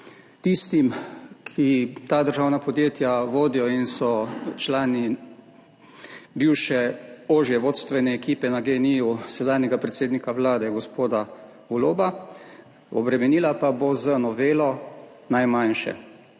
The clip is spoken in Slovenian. tistim, ki ta državna podjetja vodijo in so člani bivše ožje vodstvene ekipe na GEN-I sedanjega predsednika Vlade gospoda Goloba, obremenila pa bo z novelo najmanjše,